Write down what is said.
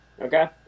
okay